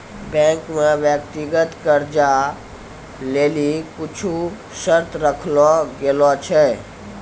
bank से व्यक्तिगत कर्जा लेली कुछु शर्त राखलो गेलो छै